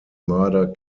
murder